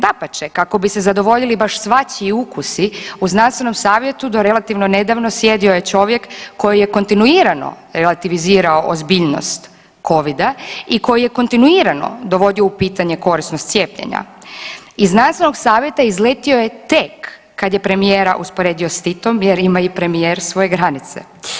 Dapače, kako bi se zadovoljili baš svačiji ukusi u znanstvenom savjetu do relativno nedavno sjedio je čovjek koji je kontinuirano relativizirao ozbiljnost covida i koji je kontinuirano dovodio u pitanje korisnost cijepljenja iz znanstvenog savjeta izletio je tek kad je premijera usporedio s Titom jer ima i premijer svoje granice.